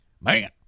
man